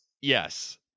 Yes